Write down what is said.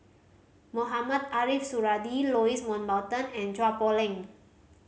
Mohamed Ariff Suradi Louis Mountbatten and Chua Poh Leng